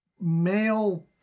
male